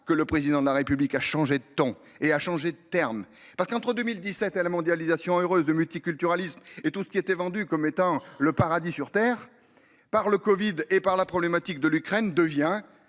que le président de la République a changé de ton et a changé de termes parce qu'entre 2017 à la mondialisation heureuse de multiculturalisme et tout ce qui était vendu comme étant le paradis sur terre par le Covid et par la problématique de l'Ukraine devient